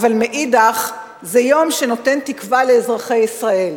אבל מאידך זה יום שנותן תקווה לאזרחי ישראל,